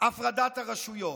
הפרדת הרשויות".